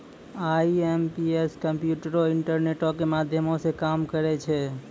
IMPS कम्प्यूटरो, इंटरनेटो के माध्यमो से काम करै छै